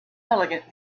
elegant